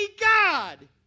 God